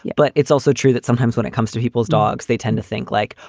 but it's also true that sometimes when it comes to people's dogs, they tend to think like,